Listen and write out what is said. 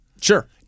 Sure